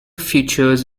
features